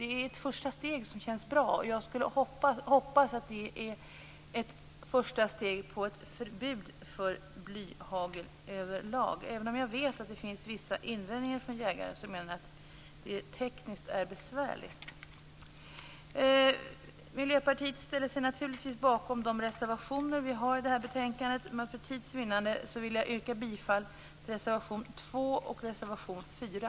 Det är ett första steg som känns bra. Jag hoppas att det är ett steg på vägen mot ett förbud mot blyhagel över lag, även om jag vet att det finns vissa invändningar från jägare, som menar att det är tekniskt besvärligt. Miljöpartiet står naturligtvis bakom sina reservationer till det här betänkandet, men för tids vinnande vill jag yrka bifall till reservation 2 och 4.